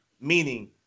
Meaning